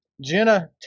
Jenna